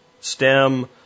stem